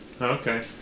Okay